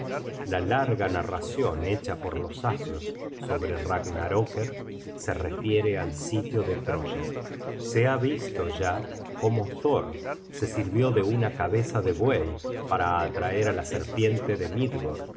la larga narracion hecha por los asios sobre ragnaroecker se refiere al sitio de troya se ha visto ya cómo thor se sirvió de una cabeza de buey para atraer á la serpiente de